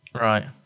Right